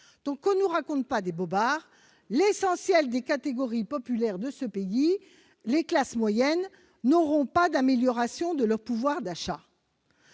Que l'on ne nous raconte donc pas de bobards ! L'essentiel des catégories populaires de ce pays et les classes moyennes n'auront pas d'amélioration de leur pouvoir d'achat.